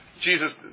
Jesus